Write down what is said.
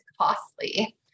costly